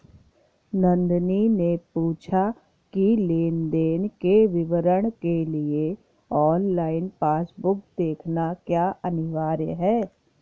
नंदनी ने पूछा की लेन देन के विवरण के लिए ऑनलाइन पासबुक देखना क्या अनिवार्य है?